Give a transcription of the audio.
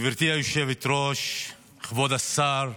גבירתי היושבת-ראש, כבוד השר,